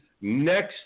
next